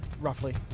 roughly